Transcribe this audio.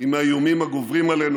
עם האיומים הגוברים עלינו.